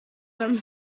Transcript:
him